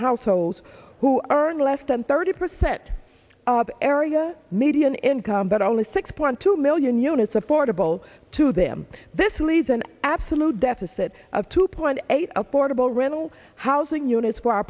households who earn less than thirty percent of area median income but only six point two million units affordable to them this leaves an absolute deficit of two point eight affordable rental housing units for our